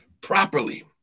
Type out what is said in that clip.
properly